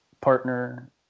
partner